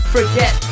Forget